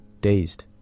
dazed